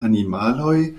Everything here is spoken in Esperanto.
animaloj